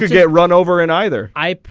get run over and either i